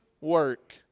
work